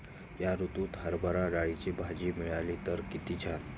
या ऋतूत हरभरा डाळीची भजी मिळाली तर कित्ती छान